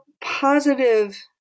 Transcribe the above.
positive